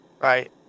right